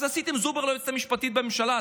אז עשיתם זובור ליועצת המשפטית בממשלה,